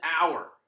hour